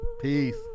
Peace